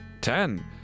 ten